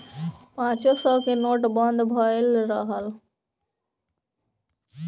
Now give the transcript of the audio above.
पांचो सौ के नोट बंद भएल रहल